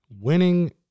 winning